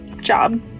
job